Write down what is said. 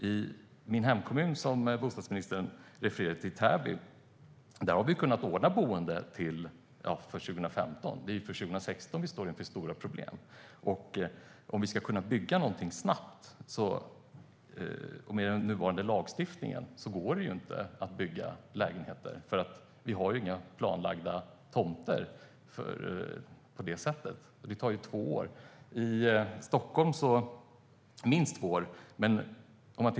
I min hemkommun Täby, som bostadsministern refererade till, har vi kunnat ordna boende för 2015. Det är ju från 2016 som vi står inför stora problem. Med nuvarande lagstiftning går det inte att bygga lägenheter, eftersom det inte finns några planlagda tomter. Att planlägga tomter tar minst två år.